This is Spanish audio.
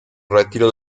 retiro